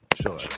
Sure